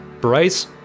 Bryce